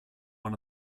one